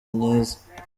myiza